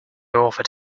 offered